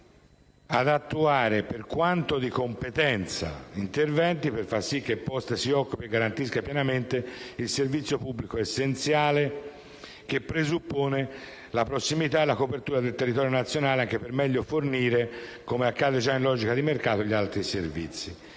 ad attuare interventi per far sì che Poste italiane SpA si occupi e garantisca pienamente il servizio pubblico essenziale che presuppone la prossimità e la copertura del territorio nazionale anche per meglio fornire, come accade già in logica di mercato, gli altri servizi